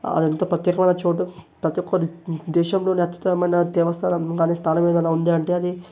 అదెంతో ప్రత్యేకమైన చోటు ప్రతి ఒక్కరి దేశంలోనే అత్యుత్తమైన దేవస్థానం కాని స్థానమేదైనా ఉంది అంటే అది